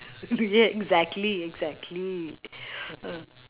yes exactly exactly uh